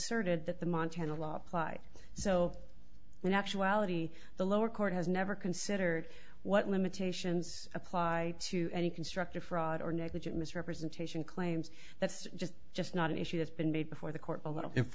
erted that the montana law applied so in actuality the lower court has never considered what limitations apply to any constructive fraud or negligent misrepresentation claims that's just just not an issue that's been made before the court